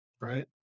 right